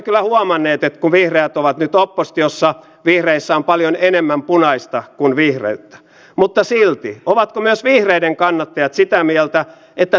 ensinnäkin muistan kun pohjois karjalan rajavartioston entinen komentaja eversti martti kukkonen virassa ollessaan aina aloittaessaan puheenvuoroja kotimaakunnassani pohjois karjalassa aloitti puheen usein sanomalla että rajalla on rauhallista